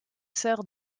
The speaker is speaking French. sœur